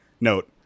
note